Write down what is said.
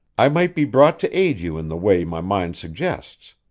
i might be brought to aid you in the way my mind suggests.